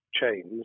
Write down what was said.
chains